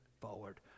forward